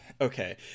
Okay